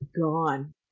gone